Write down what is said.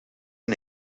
and